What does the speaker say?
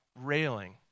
railing